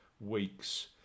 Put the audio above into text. week's